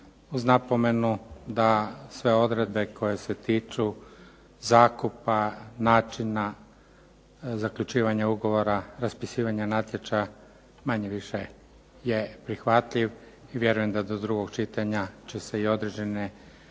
uz napomenu da sve odredbe koje se tiču zakupa, načina zaključivanja ugovora, raspisivanja natječaja manje više je prihvatljiv i vjerujem da do drugog čitanja će se i određene